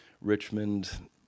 Richmond